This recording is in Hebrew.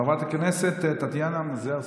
חברת הכנסת טטיאנה מזרסקי.